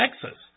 Texas